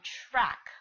track